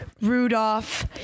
Rudolph